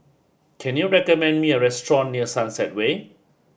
can you recommend me a restaurant near Sunset Way